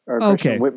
Okay